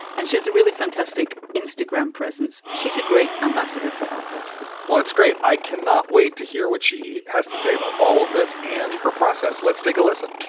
and she has a really fantastic instagram presence. she's a great ambassador for opera well, it's great. i cannot wait to hear what she has to say about all of this and her process. let's take a listen